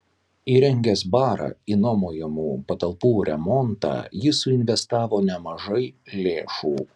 įrengęs barą į nuomojamų patalpų remontą jis suinvestavo nemažai lėšų